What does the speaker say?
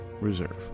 Reserve